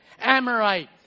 Amorite